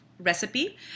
Recipe